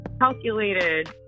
calculated